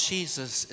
Jesus